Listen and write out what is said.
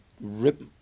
rip